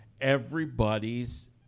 everybody's